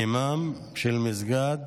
אימאם של מסגד